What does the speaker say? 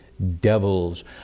devils